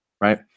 right